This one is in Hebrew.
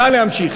נא להמשיך.